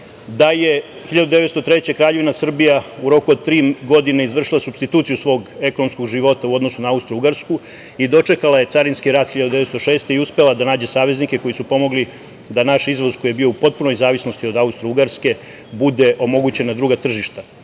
da je 1903. godine Kraljevina Srbija u roku od tri godine izvršila supstituciju svog ekonomskog života u odnosu na Austrougarsku i dočekala je Carinski rat 1906. godine i uspela da nađe saveznike koji su pomogli da naš izvoz, koji je bio u potpunoj zavisnosti od Austrougarske, bude omogućen na druga tržišta.